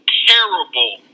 terrible